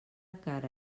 cara